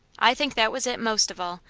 i think that was it most of all,